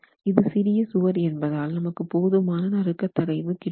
இது சிறிய சுவர் என்பதால் நமக்கு போதுமான நறுக்க தகைவு கிடைக்கும்